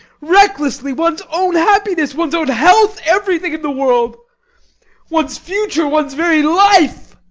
recklessly, one's own happiness, one's own health, everything in the world one's future, one's very life!